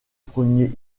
premier